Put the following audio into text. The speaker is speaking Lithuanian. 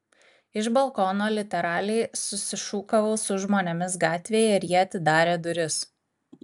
iš balkono literaliai susišūkavau su žmonėmis gatvėje ir jie atidarė duris